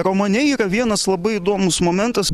romane yra vienas labai įdomus momentas